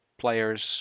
players